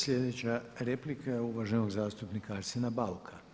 Sljedeća replika je uvaženog zastupnika Arsena Bauka.